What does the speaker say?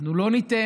אנחנו לא ניתן.